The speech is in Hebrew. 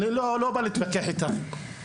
אני לא בא להתווכח איתך,